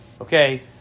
Okay